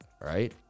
right